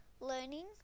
learning